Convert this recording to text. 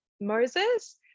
Moses